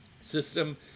system